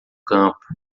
campo